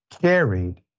carried